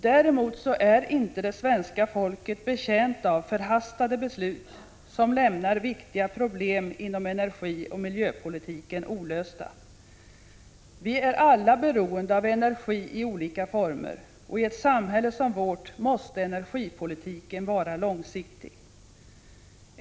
Däremot är inte svenska folket betjänt av förhastade beslut som lämnar viktiga problem inom energioch miljöpolitiken olösta. Vi är alla beroende av energi i olika former, och i ett samhälle som vårt måste energipolitiken vara långsiktig.